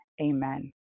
amen